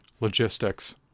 logistics